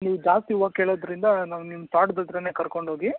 ನೀವು ಜಾಸ್ತಿ ಹೂವು ಕೇಳಿದ್ರಿಂದ ನಾವು ನಿಮ್ಗೆ ತ್ವಾಟ್ದ ಹತ್ತಿರಾನೆ ಕರ್ಕೊಂಡೋಗಿ